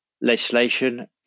legislation